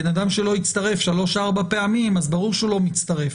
בן אדם שלא הצטרף שלוש-ארבע פעמים אז ברור שהוא לא מצטרף,